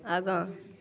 आगाँ